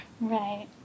Right